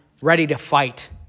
ready-to-fight